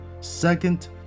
second